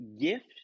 gift